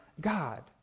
God